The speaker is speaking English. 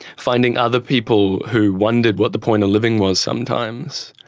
finding other people who wondered what the point of living was sometimes,